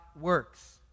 works